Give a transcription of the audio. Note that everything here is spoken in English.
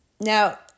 Now